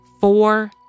four